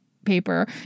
Paper